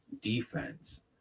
defense